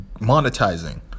monetizing